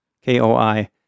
K-O-I